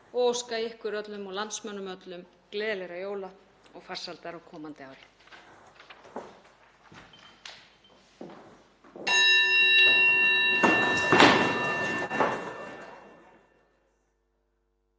óska ykkur öllum og landsmönnum öllum gleðilegra jóla og farsældar á komandi ári.